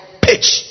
pitch